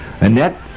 Annette